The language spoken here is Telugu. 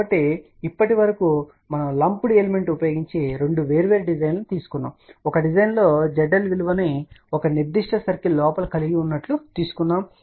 కాబట్టి ఇప్పటివరకు మనము లంపుడ్ ఎలిమెంట్ ఉపయోగించి రెండు వేర్వేరు డిజైన్లను తీసుకున్నాము ఒక డిజైన్ లో zL విలువను ఒక నిర్దిష్ట సర్కిల్ లోపల కలిగి ఉన్నట్లు తీసుకున్నాము